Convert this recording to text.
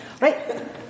Right